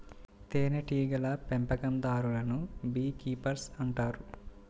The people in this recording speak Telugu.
తేనెటీగల పెంపకందారులను బీ కీపర్స్ అంటారు